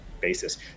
basis